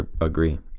agree